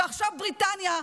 ועכשיו בריטניה,